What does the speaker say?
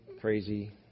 crazy